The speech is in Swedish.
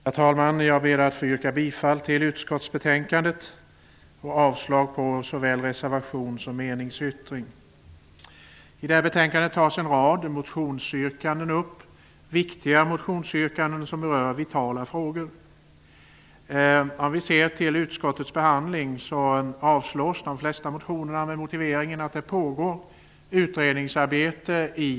Herr talman! Jag ber att få yrka bifall till utskottets hemställan och avslag på såväl reservation som meningsyttring. I det här betänkandet tas en rad viktiga motionsyrkanden upp som berör vitala frågor. Vid utskottets behandling har de flesta motionerna avstyrkts med motiveringen att det pågår utredningsarbete.